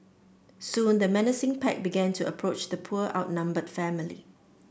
soon the menacing pack began to approach the poor outnumbered family